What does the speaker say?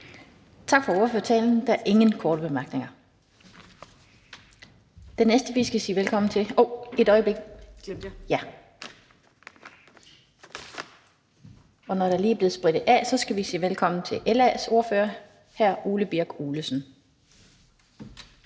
Tak for ordførertalen. Der er ingen korte bemærkninger. Den næste, vi skal sige velkommen til, når der lige er blevet sprittet af, er LA's ordfører, hr. Ole Birk Olesen.